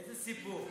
איזה סיפור?